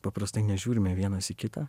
paprastai nežiūrime vienas į kitą